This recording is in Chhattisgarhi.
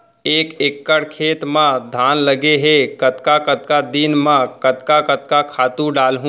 एक एकड़ खेत म धान लगे हे कतका कतका दिन म कतका कतका खातू डालहुँ?